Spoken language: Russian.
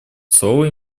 слово